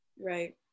right